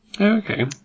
Okay